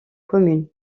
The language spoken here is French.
commune